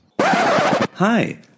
Hi